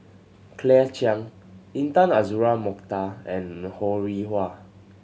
Claire Chiang Intan Azura Mokhtar and Ho Rih Hwa